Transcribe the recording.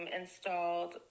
installed